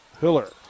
Hiller